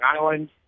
Island